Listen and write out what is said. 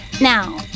Now